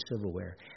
silverware